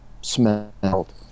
smelled